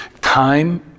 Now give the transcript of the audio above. time